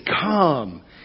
come